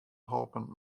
holpen